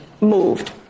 moved